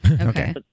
Okay